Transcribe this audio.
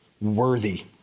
worthy